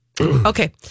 Okay